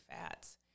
fats